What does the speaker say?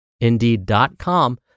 Indeed.com